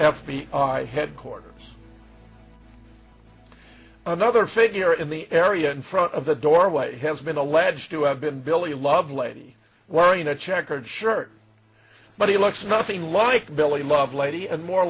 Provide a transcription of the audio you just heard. f b i headquarters another figure in the area in front of the doorway has been alleged to have been billy lovelady wearing a checkered shirt but he looks nothing like billy lovelady and more